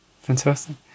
fantastic